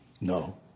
No